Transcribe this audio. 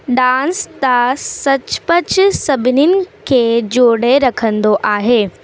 dance त सचुपचु सभिनीनि खे जोड़े रखंदो आहे